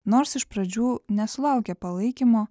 nors iš pradžių nesulaukė palaikymo